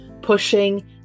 pushing